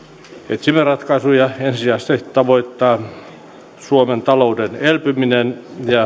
etsimme ratkaisuja ensisijaisesti tavoittaa suomen talouden elpyminen